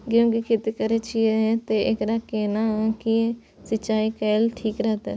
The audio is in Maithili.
गेहूं की खेती करे छिये ते एकरा केना के सिंचाई कैल ठीक रहते?